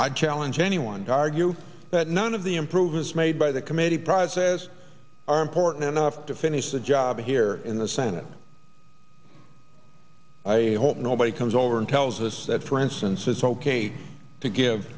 i challenge anyone to argue that none of the improvements made by the committee prizes are important enough to finish the job here in the senate i hope nobody comes over and tells us that for instance it's ok to give